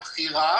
הבנו.